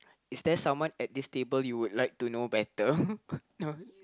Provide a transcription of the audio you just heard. is there someone at this table you would like to know better